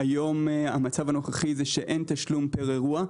המצב הנוכחי הוא שאין תשלום פר אירוע,